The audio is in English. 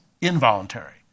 involuntary